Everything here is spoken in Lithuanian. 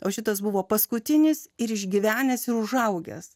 o šitas buvo paskutinis ir išgyvenęs ir užaugęs